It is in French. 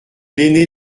l’aîné